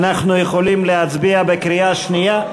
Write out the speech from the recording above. אנחנו יכולים להצביע בקריאה שנייה,